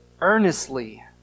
earnestly